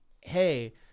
hey